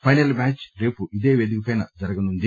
final match రేపు ఇదే పేదికపై జరగనుంది